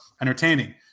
entertaining